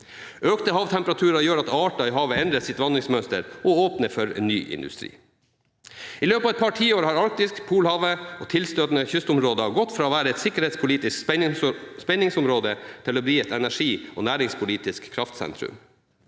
Økte havtemperaturer gjør at arter i havet endrer sitt vandringsmønster og åpner for ny industri. I løpet av et par tiår har Arktis, Polhavet og tilstøtende kystområder gått fra å være et sikkerhetspolitisk spenningsområde til å bli et energi- og næringspolitisk kraftsentrum.